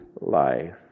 life